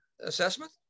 assessment